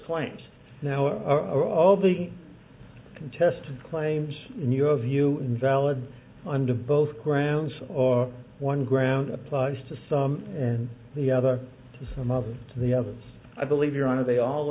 claims now are all the contest claims in your view invalid under both grounds or one ground applies to some in the other to some of the other i believe your honor they all